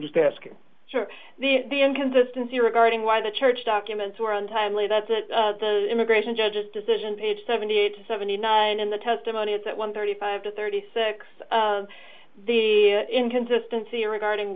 just asking for the the inconsistency regarding why the church documents were untimely that's the immigration judge's decision page seventy eight seventy nine in the testimony is that one thirty five to thirty six the inconsistency regarding